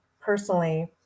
personally